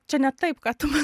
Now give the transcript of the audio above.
čia ne taip ką tu man